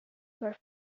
were